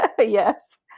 Yes